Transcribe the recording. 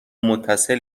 متصل